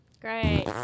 Great